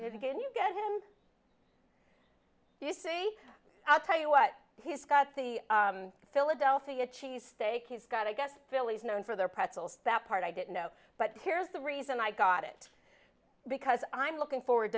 him you see i'll tell you what he's got the philadelphia cheese steak he's got i guess philly is known for their pretzels that part i didn't know but here's the reason i got it because i'm looking forward